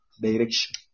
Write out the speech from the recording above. direction